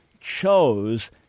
chose